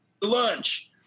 lunch